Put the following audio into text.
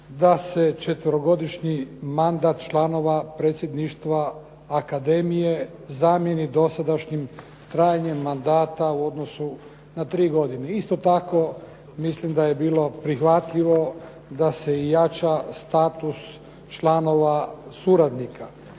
da se četverogodišnji mandat članova predsjedništva akademije zamijeni dosadašnjim trajanjem mandata u odnosu na tri godine. Isto tako mislim da je bilo prihvatljivo da se i jača status članova suradnika.